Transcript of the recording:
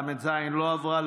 ל"ז לא עברה.